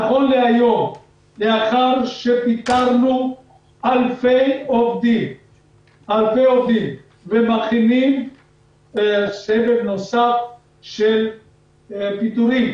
נכון להיום לאחר שפיטרנו אלפי עובדים ומכינים סבב נוסף של פיטורים